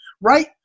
right